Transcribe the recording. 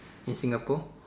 in Singapore